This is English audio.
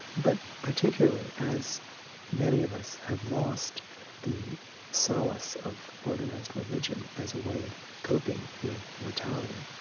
but particularly as many of us have lost the solace of organised religion as a way of coping with mortality.